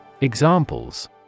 Examples